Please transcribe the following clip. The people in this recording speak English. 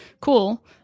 Cool